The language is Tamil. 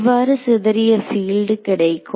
எவ்வாறு சிதறிய ஃபீல்ட் கிடைக்கும்